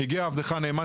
הגיע עבדך הנאמן,